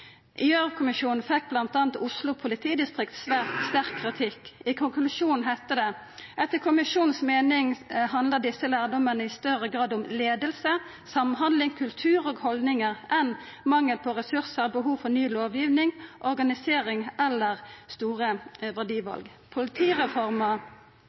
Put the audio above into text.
Gjørv-kommisjonen fekk bl.a. Oslo politidistrikt svært sterk kritikk. I konklusjonen heitte det: «Etter kommisjonens mening handler disse lærdommene i større grad om ledelse, samhandling, kultur og holdninger – enn mangel på ressurser, behov for ny lovgivning, organisering eller store